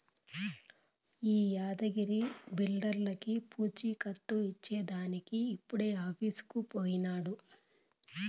ఈ యాద్గగిరి బిల్డర్లకీ పూచీకత్తు ఇచ్చేదానికి ఇప్పుడే ఆఫీసుకు పోయినాడు